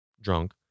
drunk